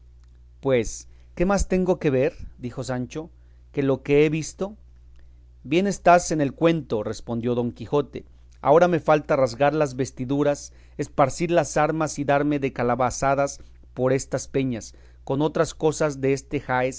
pues qué más tengo de ver dijo sancho que lo que he visto bien estás en el cuento respondió don quijote ahora me falta rasgar las vestiduras esparcir las armas y darme de calabazadas por estas peñas con otras cosas deste